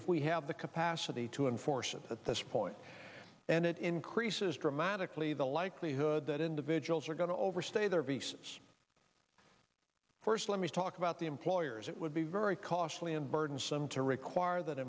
if we have the capacity to enforce it at this point and it increases dramatically the likelihood that individuals are going to overstay their visas first let me talk about the employers it would be very costly and burdensome to require that